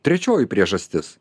trečioji priežastis